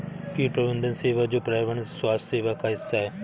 कीट प्रबंधन सेवा जो पर्यावरण स्वास्थ्य सेवा का हिस्सा है